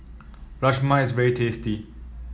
rajma is very tasty